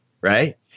right